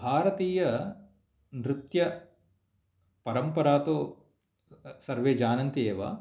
भारतीय नृत्यपरम्परा तु सर्वे जानन्ति एव तद्